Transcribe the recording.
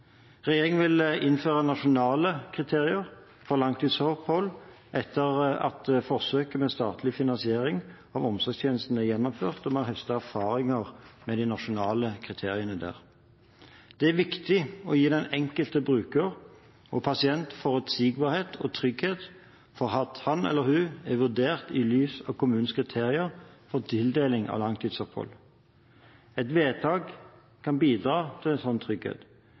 Regjeringen vil innføre nasjonale kriterier for langtidsopphold etter at forsøket med statlig finansiering av omsorgstjenesten er gjennomført, og vi har høstet erfaringer med de nasjonale kriteriene der. Det er viktig å gi den enkelte bruker og pasient forutsigbarhet og trygghet for at han eller hun er vurdert i lys av kommunens kriterier for tildeling av langtidsopphold. Et vedtak kan bidra til slik trygghet